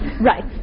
Right